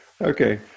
Okay